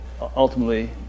ultimately